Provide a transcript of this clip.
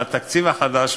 לתקציב החדש,